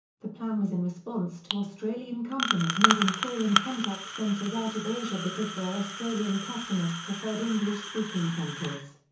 the plan was in response to australian companies moving call and contact centres out of asia because their australian customers preferred english-speaking centres.